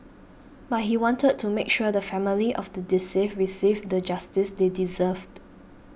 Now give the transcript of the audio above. but he wanted to make sure the family of the deceived received the justice they deserved